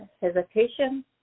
hesitation